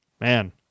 Man